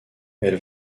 elle